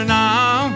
now